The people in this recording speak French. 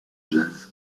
jazz